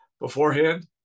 beforehand